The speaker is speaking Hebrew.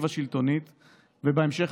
בבקשה.